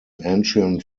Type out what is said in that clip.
ancient